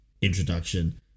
introduction